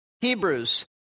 Hebrews